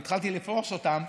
והתחלתי לפרוס אותם,